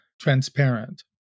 transparent